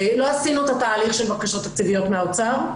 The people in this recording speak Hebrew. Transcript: לא עשינו את התהליך של בקשות תקציביות מהאוצר,